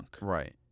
Right